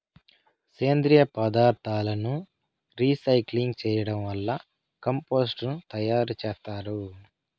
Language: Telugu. సేంద్రీయ పదార్థాలను రీసైక్లింగ్ చేయడం వల్ల కంపోస్టు ను తయారు చేత్తారు